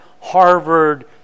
Harvard